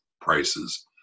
prices